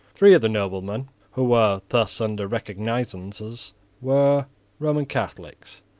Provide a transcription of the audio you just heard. three of the noblemen who were thus under recognisances were roman catholics.